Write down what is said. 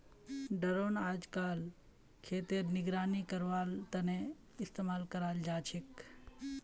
drone अइजकाल खेतेर निगरानी करवार तने इस्तेमाल कराल जाछेक